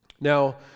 Now